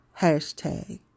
Hashtag